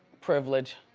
privilege.